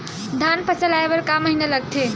धान फसल आय बर कय महिना लगथे?